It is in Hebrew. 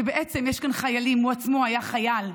שבעצם יש כאן חיילים הוא עצמו היה חייל,